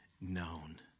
known